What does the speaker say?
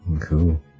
Cool